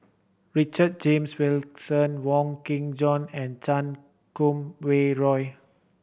Richard James Wilkinson Wong Kin Jong and Chan Kum Wah Roy